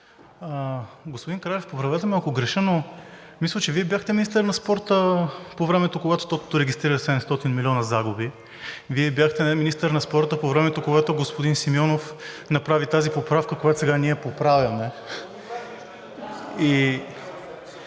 Господин Кралев, поправете ме, ако греша, но мисля, че Вие бяхте министър на спорта по времето, когато тотото регистрира 700 милиона загуби, Вие бяхте министър на спорта, по времето когато господин Симеонов направи тази поправка, която сега ние поправяме. (Шум